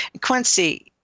Quincy